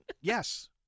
Yes